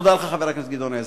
תודה לך, חבר הכנסת גדעון עזרא.